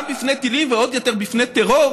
גם מפני טילים ועוד יותר מפני טרור,